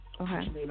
Okay